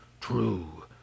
True